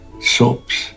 soaps